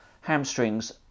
hamstrings